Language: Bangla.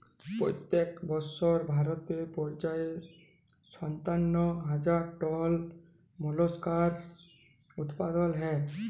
পইত্তেক বসর ভারতে পর্যায়ে সাত্তান্ন হাজার টল মোলাস্কাস উৎপাদল হ্যয়